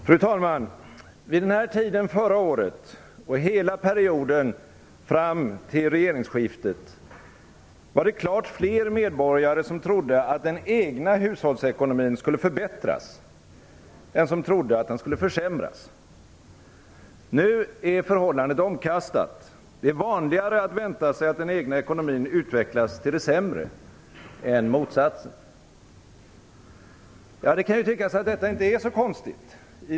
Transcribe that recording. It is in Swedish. Fru talman! Vid den här tiden förra året och hela perioden fram till regeringsskiftet var det klart fler medborgare som trodde att den egna hushållsekonomin skulle förbättras än som trodde att den skulle försämras. Nu är förhållandet omkastat: Det är vanligare att vänta sig att den egna ekonomin utvecklas till det sämre än motsatsen. Det kan tyckas att detta inte är så konstigt.